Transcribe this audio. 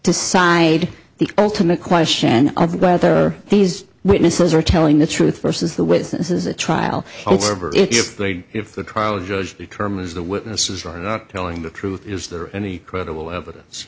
decide the ultimate question of whether these witnesses are telling the truth versus the witnesses a trial however if they if the trial judge determines the witnesses are not telling the truth is there any credible evidence